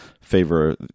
favor